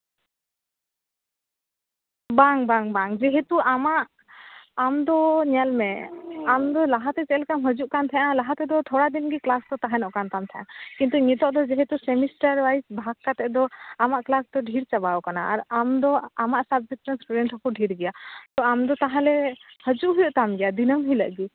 ᱵᱟᱝ ᱵᱟᱝ ᱵᱟᱝ ᱡᱮᱦᱮᱛᱩ ᱟᱢᱟᱜ ᱟᱢ ᱫᱚ ᱧᱮᱞ ᱢᱮ ᱟᱢ ᱫᱚ ᱞᱟᱦᱟᱛᱮ ᱪᱮᱫ ᱞᱮᱠᱟᱢ ᱦᱟᱹᱡᱩᱜ ᱠᱟᱱ ᱛᱟᱦᱮᱸᱫᱼᱟ ᱞᱟᱦᱟ ᱛᱮᱫᱚ ᱛᱷᱚᱲᱟ ᱫᱤᱱ ᱜᱮ ᱠᱞᱟᱥ ᱛᱟᱦᱮᱱᱚᱜ ᱠᱟᱱ ᱛᱟᱢ ᱛᱟᱦᱮᱱᱟ ᱠᱤᱱᱛᱩ ᱱᱤᱛᱳᱜ ᱫᱚ ᱡᱮᱦᱮᱛᱩ ᱥᱮᱢᱤᱥᱴᱟᱨ ᱳᱣᱟᱭᱤᱥ ᱵᱷᱟᱜᱽ ᱠᱟᱛᱮ ᱫᱚ ᱟᱢᱟᱜ ᱠᱞᱟᱥ ᱫᱚ ᱰᱷᱮᱨ ᱪᱟᱵᱟᱣ ᱠᱟᱱᱟ ᱟᱨ ᱟᱢ ᱫᱚ ᱟᱢᱟᱜ ᱥᱟᱵᱡᱮᱠᱴ ᱨᱮᱱ ᱤᱥᱴᱩᱰᱮᱴ ᱦᱚᱸᱠᱚ ᱰᱷᱮᱨ ᱜᱮᱭᱟ ᱛᱚ ᱟᱢ ᱫᱚ ᱛᱟᱦᱚᱞᱮ ᱦᱟᱹᱡᱩᱜ ᱦᱩᱭᱩᱜ ᱛᱟᱢ ᱜᱮᱭᱟ ᱫᱤᱱᱟᱹᱢ ᱦᱤᱞᱟᱹᱜ ᱜᱮ